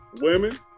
women